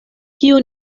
kiu